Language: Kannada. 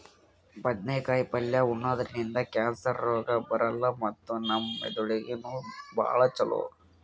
ಬದ್ನೇಕಾಯಿ ಪಲ್ಯ ಉಣದ್ರಿಂದ್ ಕ್ಯಾನ್ಸರ್ ರೋಗ್ ಬರಲ್ಲ್ ಮತ್ತ್ ನಮ್ ಮೆದಳಿಗ್ ನೂ ಭಾಳ್ ಛಲೋ